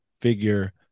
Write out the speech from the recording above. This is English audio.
figure